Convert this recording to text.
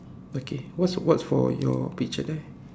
okay what's what's for your picture there